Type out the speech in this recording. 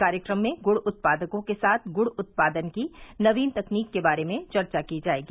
कार्यक्रम में गुड़ उत्पादकों के साथ गुड़ उत्पादन की नवीन तकनीकी के बारे में चर्चा की जायेगी